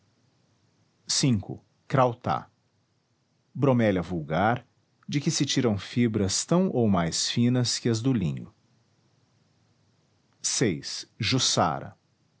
estimação v crautá bromélia vulgar de que se tiram fibras tão ou mais finas que as do linho vi juçara